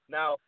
Now